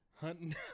hunting